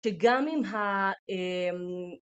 ‫שגם עם ה...